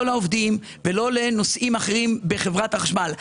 לא לעובדים ולא לנושאים אחרים בחברת החשמל,